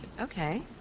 Okay